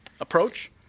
approach